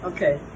Okay